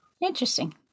interesting